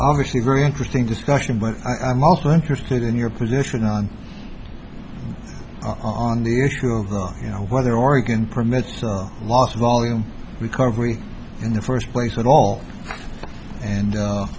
obviously very interesting discussion with i'm also interested in your position on on the issue of the you know whether oregon permits loss volume recovery in the first place at all and